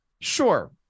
Sure